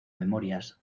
memorias